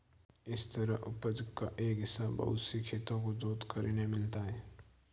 इसी तरह उपज का एक हिस्सा बहुत से खेतों को जोतकर इन्हें मिलता है